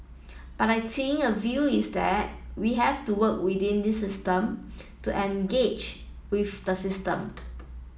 but I think a view is that we have to work within this system to engage with the system